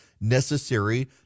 necessary